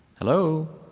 hello.